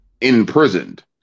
imprisoned